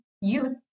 youth